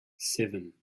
seven